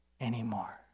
anymore